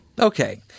Okay